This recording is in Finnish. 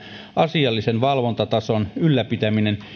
asiallisen valvontatason ylläpitäminen